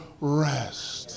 rest